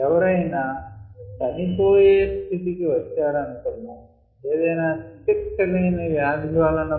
ఎవరైనా చనిపోయే స్థితి కి వచ్చారనుకుందాం ఏదైనా చికిత్స లేని వ్యాధి వలన